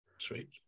sweet